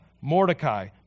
Mordecai